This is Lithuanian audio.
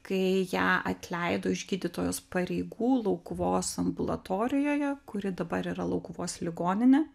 kai ją atleido iš gydytojos pareigų laukuvos ambulatorijoje kuri dabar yra laukuvos ligoninė